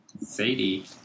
Sadie